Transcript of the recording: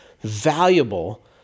valuable